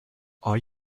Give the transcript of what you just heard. are